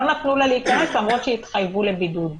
לא נתנו לה להיכנס למרות שהתחייבו לבידוד.